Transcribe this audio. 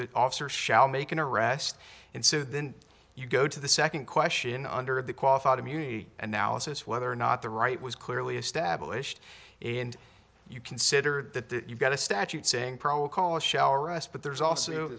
the officer shall make an arrest and so then you go to the second question under the qualified immunity analysis whether or not the right was clearly established and you consider that you've got a statute saying protocol is shower us but there's also